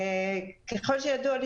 ככל שידוע לי,